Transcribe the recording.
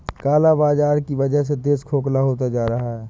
काला बाजार की वजह से देश खोखला होता जा रहा है